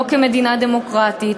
לא כמדינה דמוקרטית,